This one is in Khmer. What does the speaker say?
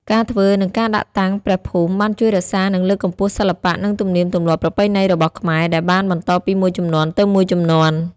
ការធ្វើ និងការដាក់តាំងព្រះភូមិបានជួយរក្សានិងលើកកម្ពស់សិល្បៈ និងទំនៀមទម្លាប់ប្រពៃណីរបស់ខ្មែរ ដែលបានបន្តពីមួយជំនាន់ទៅមួយជំនាន់។